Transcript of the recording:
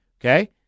Okay